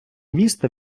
міста